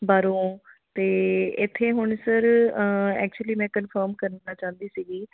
ਬਾਹਰੋਂ ਅਤੇ ਇੱਥੇ ਹੁਣ ਸਰ ਐਕਚੁਲੀ ਮੈਂ ਕਨਫਰਮ ਕਰਨਾ ਚਾਹੁੰਦੀ ਸੀਗੀ